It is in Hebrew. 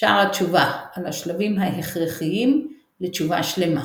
שער התשובה על השלבים ההכרחיים לתשובה שלמה.